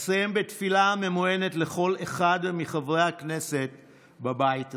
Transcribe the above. אסיים בתפילה הממוענת לכל אחד מחברי הכנסת בבית הזה: